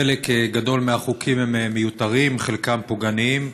חלק גדול מהחוקים מיותרים, וחלקם פוגעניים.